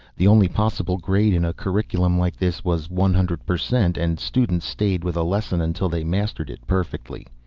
the only possible grade in a curriculum like this was one hundred per cent and students stayed with a lesson until they mastered it perfectly.